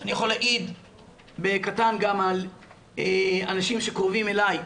אני יכול להגיד בקטן על אנשים שקרובים אלי,